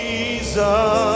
Jesus